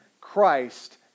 Christ